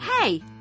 Hey